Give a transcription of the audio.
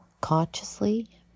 consciously